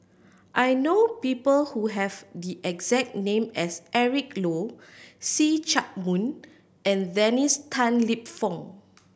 I know people who have the exact name as Eric Low See Chak Mun and Dennis Tan Lip Fong